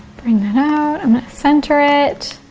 bring that out. i'm gonna center it.